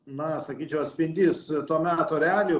na sakyčiau atspindys to meto realijų